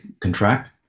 contract